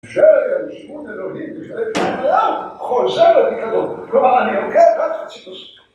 אפשר לשמור את הנהודים, אפשר לשמור את... אהה! חוזר אותי כדור! כלומר, אני הולכת, ואת רוצית לעשות.